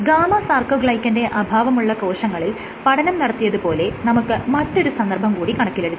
gamma സാർകോഗ്ലൈക്കന്റെ അഭാവമുള്ള കോശങ്ങളിൽ പഠനം നടത്തിയത് പോലെ നമുക്ക് മറ്റൊരു സന്ദർഭം കൂടി കണക്കിലെടുക്കാം